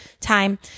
time